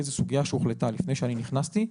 זו סוגיה שהוחלטה לפני שאני נכנסתי.